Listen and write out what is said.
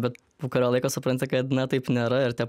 bet po kurio laiko supranti kad taip nėra ir tie